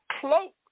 cloak